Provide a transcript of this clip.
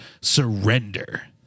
surrender